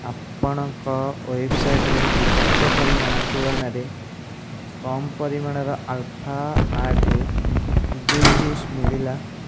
ଆପଣଙ୍କ ୱେବ୍ସାଇଟ୍ରେ ଲିଖିତ ପରିମାଣ ତୁଳନାରେ କମ୍ ପରିମାଣର ଆଲଫା ଆଠ ପିଜୁଳି ଜୁସ୍ ମିଳିଲା